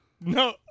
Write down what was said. No